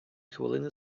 хвилини